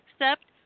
accept